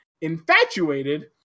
infatuated